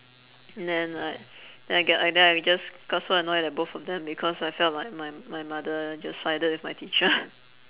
and then like then I get I just got so annoyed at the both of them because I felt like my my mother just sided with my teacher